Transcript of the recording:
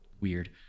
weird